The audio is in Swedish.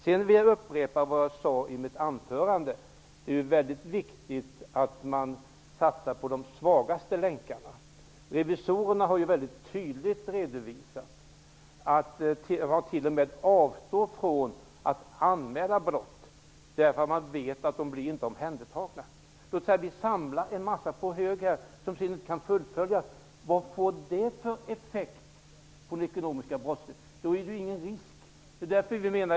Sedan vill jag upprepa vad jag tidigare sagt: Det är väldigt viktigt att satsa på de svagaste länkarna. Revisorerna har ju väldigt tydligt redovisat att man t.o.m. avstår från att anmäla brott därför att man vet att ärendena inte tas om hand. Låt oss säga att vi samlar en mängd ärenden på hög och inte kan fullfölja arbetet. Vilka effekter får det på den ekonomiska brottsligheten? Ja, det skulle innebära att man kan syssla med sådant här utan risker.